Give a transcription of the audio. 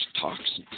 toxins